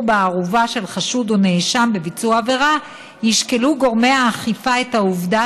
בערובה של חשוד או נאשם בביצוע עבירה ישקלו גורמי האכיפה את העובדה